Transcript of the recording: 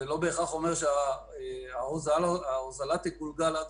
זה לא בהכרח אומר שההוזלה תגולגל עד